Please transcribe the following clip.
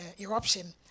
eruption